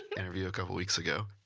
interview a couple weeks ago.